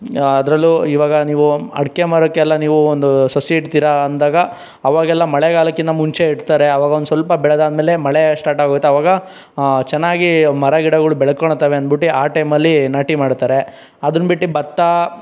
ಅದರಲ್ಲೂ ಇವಾಗ ನೀವು ಅಡಿಕೆ ಮರಕ್ಕೆ ಎಲ್ಲ ನೀವು ಒಂದು ಸಸಿ ಇಡ್ತೀರಾ ಅಂದಾಗ ಆವಾಗೆಲ್ಲಾ ಮಳೆಗಾಲಕ್ಕಿಂತ ಮುಂಚೆ ಇಡ್ತಾರೆ ಆವಾಗ ಒಂದು ಸ್ವಲ್ಪ ಬೆಳೆದಾದ ಮೇಲೆ ಮಳೆ ಸ್ಟಾರ್ಟ್ ಆಗೋಯಿತು ಆವಾಗ ಚೆನ್ನಾಗಿ ಮರ ಗಿಡಗಳು ಬೆಳ್ಕೊಳ್ತಾವೆ ಅಂದ್ಬಿಟ್ಟು ಆ ಟೈಮಲ್ಲಿ ನಾಟಿ ಮಾಡ್ತಾರೆ ಅದನ್ನ ಬಿಟ್ಟು ಭತ್ತ